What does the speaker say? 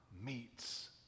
meets